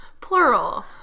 Plural